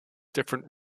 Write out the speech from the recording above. different